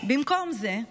במקום זה,